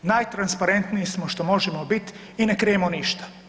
Najtransparentniji smo što možemo biti i ne krijemo ništa.